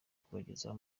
kubagezaho